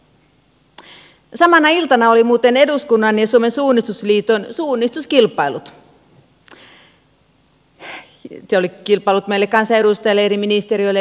samana iltana oli muuten eduskunnan ja suomen suunnistusliiton suunnistuskilpailut se oli kilpailu meille kansanedustajille eri ministeriöille ja yhteistyökumppaneille